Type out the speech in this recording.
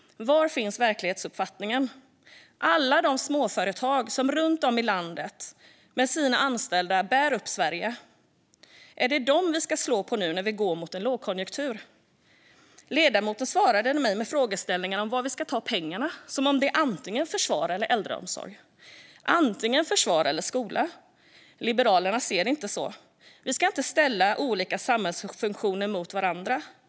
Var finns verklighetsuppfattningen? Är det alla de småföretag som runt om i landet med sina anställda bär upp Sverige som vi ska slå på nu när vi går mot en lågkonjunktur? Ledamoten svarade mig med frågeställningen om varifrån vi ska ta pengarna, som om det är antingen från försvar eller äldreomsorg, antingen från försvar eller skola. Liberalerna ser det inte så. Vi ska inte ställa olika samhällsfunktioner mot varandra.